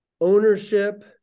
Ownership